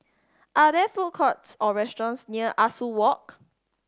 are there food courts or restaurants near Ah Soo Walk